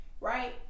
Right